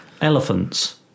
elephants